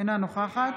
אינה נוכחת